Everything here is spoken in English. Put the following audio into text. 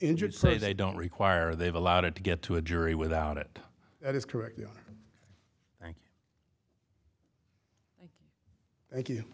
injured say they don't require they've allowed it to get to a jury without it that is correct thank you